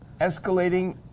escalating